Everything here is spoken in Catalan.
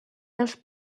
dels